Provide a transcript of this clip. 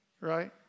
right